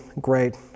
great